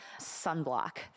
sunblock